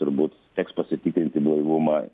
turbūt teks pasitikrinti blaivumą